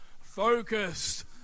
focused